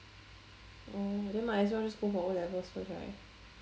oh then might as well go for o'levels first right